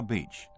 Beach